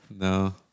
No